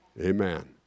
Amen